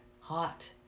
hot